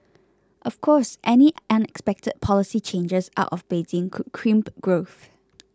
of course any unexpected policy changes out of Beijing could crimp growth